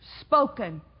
spoken